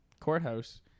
Courthouse